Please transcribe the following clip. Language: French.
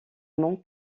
mons